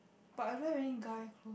but I don't have any guy